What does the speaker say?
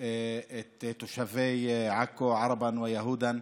את תושבי עכו (אומר בערבית: הערבים והיהודים)